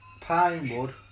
Pinewood